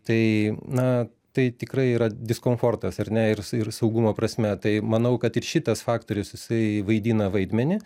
tai na tai tikrai yra diskomfortas ar ne ir ir saugumo prasme tai manau kad ir šitas faktorius jisai vaidina vaidmenį